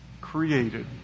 created